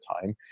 time